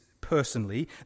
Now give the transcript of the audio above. personally